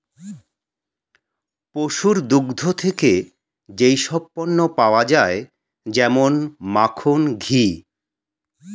পশুর দুগ্ধ থেকে যেই সব পণ্য পাওয়া যায় যেমন মাখন, ঘি